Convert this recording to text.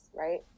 right